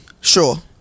Sure